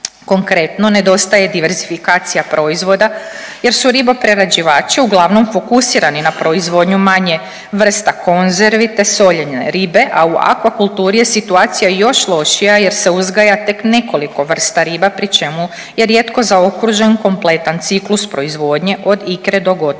Konkretno nedostaje diversifikacija proizvoda jer su riboprerađivači uglavnom fokusirani na proizvodnju manje vrsta konzervi te soljene ribe, a u akvakulturi je situacija još lošija jer se uzgaja tek nekoliko vrsta riba pri čemu je rijetko zaokružen kompletan ciklus proizvodnje od ikre do gotovog